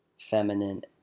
feminine